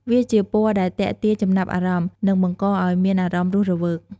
វាជាពណ៌ដែលទាក់ទាញចំណាប់អារម្មណ៍ និងបង្ករឱ្យមានអារម្មណ៍រស់រវើក។